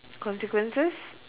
consequences